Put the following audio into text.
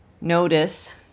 Notice